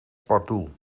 pardoel